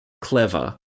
clever